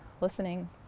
listening